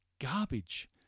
garbage